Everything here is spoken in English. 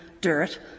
dirt